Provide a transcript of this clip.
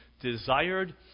desired